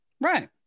Right